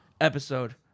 episode